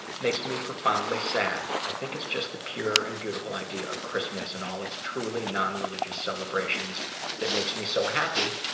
makes me profoundly sad. i think it's just the pure and beautiful idea of christmas and all its truly nonreligious celebrations that makes me so happy.